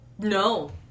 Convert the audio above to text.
No